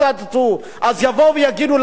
מדינת ישראל היא מדינה גזענית.